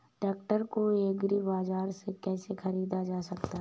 Tractor को agri बाजार से कैसे ख़रीदा जा सकता हैं?